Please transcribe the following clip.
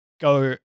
go